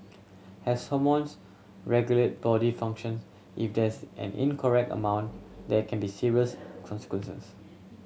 has someone's regulate body functions if there's an incorrect amount there can be serious consequences